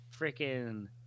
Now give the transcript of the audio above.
Freaking